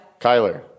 Kyler